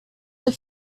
have